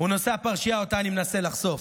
הוא נושא הפרשייה שאני מנסה לחשוף.